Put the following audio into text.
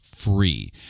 free